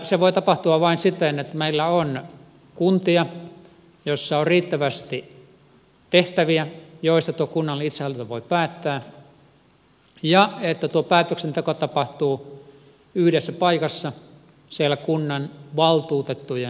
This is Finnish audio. se voi tapahtua vain siten että meillä on kuntia joissa on riittävästi tehtäviä joista tuo kunnallinen itsehallinto voi päättää ja että tuo päätöksenteko tapahtuu yhdessä paikassa siellä kunnanvaltuutettujen toimesta